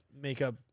makeup